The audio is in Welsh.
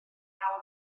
naw